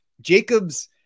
Jacobs